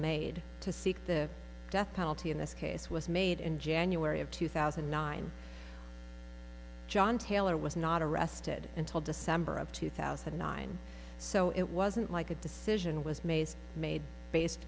made to seek the death penalty in this case was made in january of two thousand and nine john taylor was not arrested until december of two thousand and nine so it wasn't like a decision was made made based